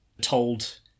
told